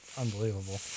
unbelievable